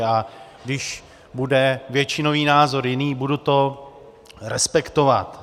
A když bude většinový názor jiný, budu to respektovat.